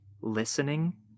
listening